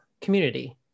community